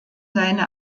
seine